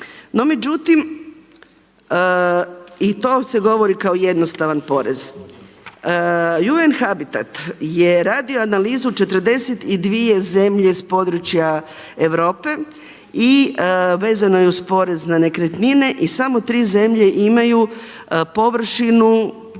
No međutim i to se govori kao jednostavan porez. UN-Habitat je radio analizu 42 zemlje iz područja Europe i vezano je uz porez na nekretnine i samo 3 zemlje imaju površinu